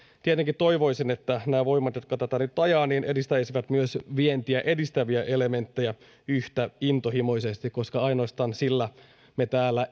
tietenkin toivoisin että nämä voimat jotka tätä nyt ajavat edistäisivät myös vientiä edistäviä elementtejä yhtä intohimoisesti koska ainoastaan sillä me täällä